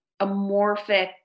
amorphic